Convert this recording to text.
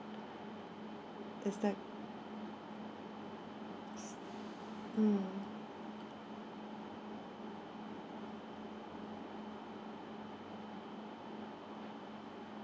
is that mm